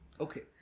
okay